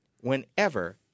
whenever